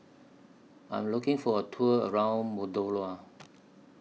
I Am looking For A Tour around Moldova